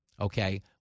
okay